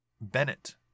Bennett